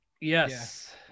Yes